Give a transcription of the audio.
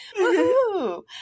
Woohoo